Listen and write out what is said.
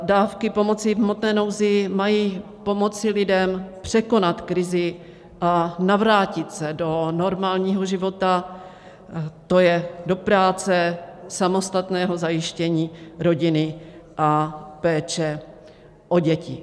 Dávky pomoci v hmotné nouzi mají pomoci lidem překonat krizi a navrátit se do normálního života, to je do práce, samostatného zajištění rodiny a péče o děti.